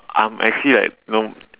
I'm actually like you know